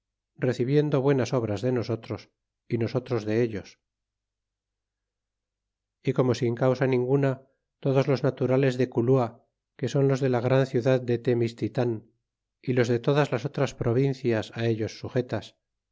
do buenas obras de nosotros y nosotros de ell o s y como sin causa ningana lodos los hui id roles de caleta que son loe de in gran a ciudad de temistilah y los de todas las otras provincias á ellos sujetas